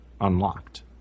unlocked